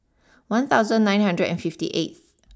one thousand nine hundred and fifty eighth